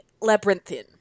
labyrinthine